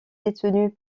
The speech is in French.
détenue